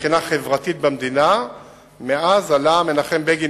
מבחינה חברתית במדינה מאז עלה מנחם בגין